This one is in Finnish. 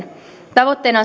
tavoitteena